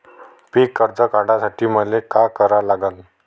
पिक कर्ज काढासाठी मले का करा लागन?